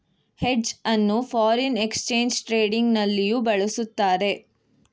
hedge ಅನ್ನು foreign exchange trading ನಲ್ಲಿಯೂ ಬಳಸುತ್ತಾರೆ